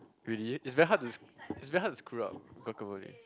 really it's very hard to s~ it's very hard to screw up